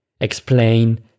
explain